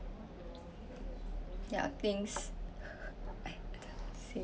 ya things I didn't say